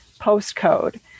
postcode